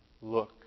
look